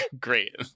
great